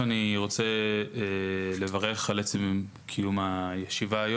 עכשיו בונים את הבריכה,